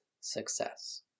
success